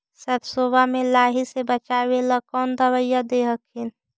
सरसोबा मे लाहि से बाचबे ले कौन दबइया दे हखिन?